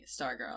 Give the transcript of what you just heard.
Stargirl